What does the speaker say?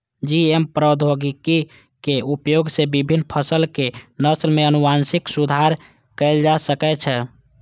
GM प्रौद्योगिकी के उपयोग सं विभिन्न फसलक नस्ल मे आनुवंशिक सुधार कैल जा सकै छै